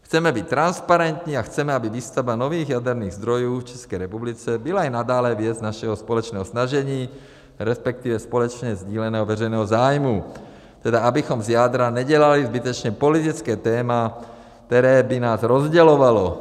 Chceme být transparentní a chceme, aby výstavba nových jaderných zdrojů v České republice byla i nadále věc našeho společného snažení, resp. společně sdíleného veřejného zájmu, tedy abychom z jádra nedělali zbytečně politické téma, které by nás rozdělovalo.